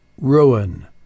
ruin